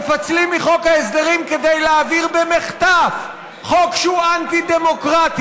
מפצלים מחוק ההסדרים כדי להעביר במחטף חוק שהוא אנטי-דמוקרטי,